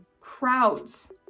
crowds